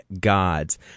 gods